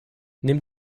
nimm